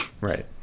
Right